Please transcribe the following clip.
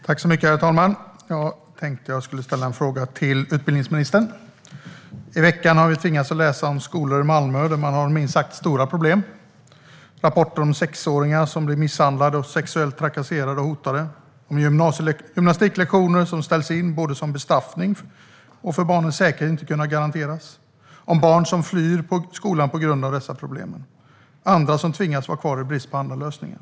Herr talman! Jag tänkte ställa en fråga till utbildningsministern. I veckan har vi tvingats läsa om skolor i Malmö där man har minst sagt stora problem. Det har förekommit rapporter om sexåringar som blir misshandlade och sexuellt trakasserade och hotade, om gymnastiklektioner som ställs in både som bestraffning och för att barnens säkerhet inte kan garanteras och om barn som flyr skolan på grund av dessa problem och andra som tvingas vara kvar i brist på andra lösningar.